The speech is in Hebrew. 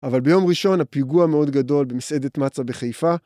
אבל ביום ראשון הפיגוע מאוד גדול במסעדת מצא בחיפה